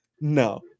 No